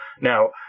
Now